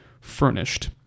furnished